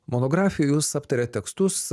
monografijoj jūs aptariat tekstus